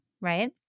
right